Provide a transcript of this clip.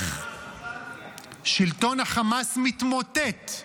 אז שלטון חמאס מוטט?